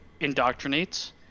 indoctrinates